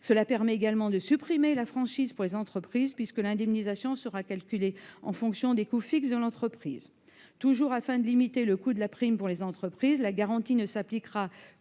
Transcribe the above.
Cela permet également de supprimer la franchise pour les entreprises, puisque l'indemnisation sera calculée en fonction des coûts fixes. Toujours dans l'objectif de limiter le coût de la prime pour les entreprises, la garantie ne s'appliquera